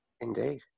Indeed